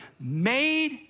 made